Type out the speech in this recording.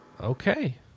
okay